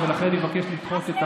ולא להמציא כל מיני פטנטים.